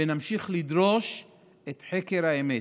ונמשיך לדרוש את חקר האמת.